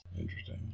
Interesting